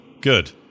good